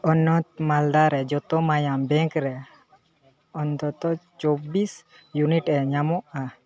ᱦᱚᱱᱚᱛ ᱢᱟᱞᱫᱟᱨᱮ ᱡᱚᱛᱚ ᱢᱟᱭᱟᱢ ᱵᱮᱝᱠ ᱨᱮ ᱚᱱᱛᱚᱛᱚ ᱪᱤᱵᱽᱵᱤᱥ ᱤᱭᱩᱱᱤᱴ ᱮ ᱧᱟᱢᱚᱜᱼᱟ